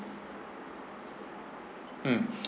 mm